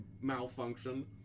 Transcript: malfunction